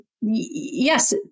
Yes